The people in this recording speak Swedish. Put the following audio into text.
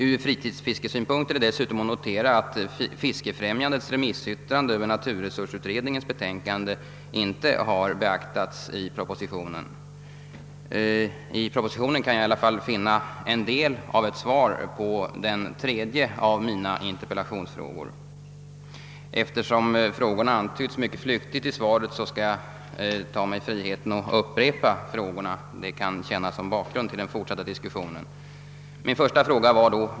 Ur fritidsfiskesynpunkt är det dessutom att notera att Fiskefrämjandets remissyttrande över <naturresursutredningens betänkande inte har beaktats i propositionen. I denna kan jag i alla fall finna en del av ett svar på den tredje av mina interpellationsfrågor. Eftersom frågorna antytts mycket flyktigt i svaret skall jag ta mig friheten att upprepa dem. Det kan tjäna som bakgrund till den fortsatta diskussionen.